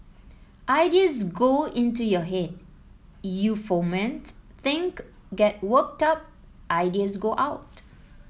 ideas go into your head you foment think get worked up ideas go out